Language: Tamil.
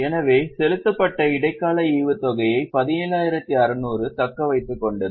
எனவே செலுத்தப்பட்ட இடைக்கால ஈவுத்தொகையை 17600 தக்க வைத்துக் கொண்டது